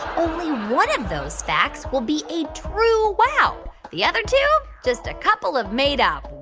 only one of those facts will be a true wow. the other two? just a couple of made-up